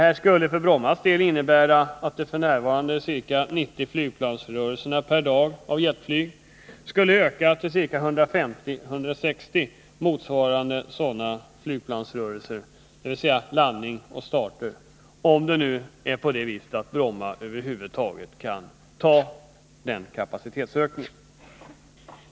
Detta skulle för Brommas del innebära att de f. n. ca 90 flygplansrörelserna per dag när det gäller jetflyg skulle öka till ca 150 å 160 motsvarande flygplansrörelser, dvs. landningar och starter, om det nu över huvud taget är så att Bromma kan ta den kapacitetsökningen.